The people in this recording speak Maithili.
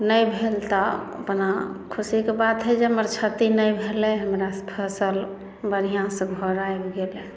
नहि भेल तऽ अपना खुशीके बात हइ जे हमर क्षति नहि भेलै हमरा फसल बढ़िऑं सँ घर आबि गेलै